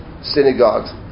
synagogues